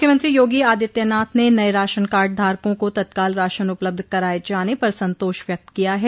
मुख्यमंत्री योगी आदित्यनाथ ने नए राशन कार्ड धारकों को तत्काल राशन उपलब्ध कराए जाने पर संतोष व्यक्त किया है